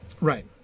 Right